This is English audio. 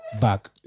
back